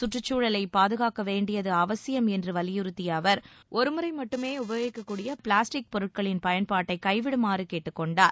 சுற்றுச்சூழலை பாதுகாக்க வேண்டியது அவசியம் என்று வலியுறுத்திய அவர் ஒருமுறை மட்டும் உபயோகிக்கக் கூடிய பிளாஸ்டிக் பொருட்களின் பயன்பாட்டை கைவிடுமாறு கேட்டுக் கொண்டார்